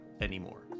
anymore